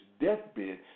deathbed